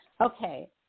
Okay